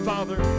Father